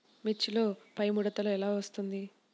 మిర్చిలో పైముడత ఎలా వస్తుంది?